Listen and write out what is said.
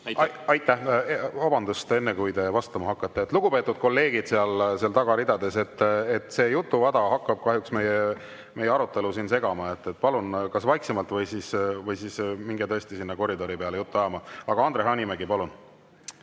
Aitäh! Vabandust! Enne kui te vastama hakkate: lugupeetud kolleegid seal tagaridades, see jutuvada hakkab kahjuks meie arutelu siin segama. Palun olla vaiksemalt või siis minge koridori peale juttu ajama. Aga Andre Hanimägi, palun!